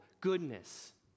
goodness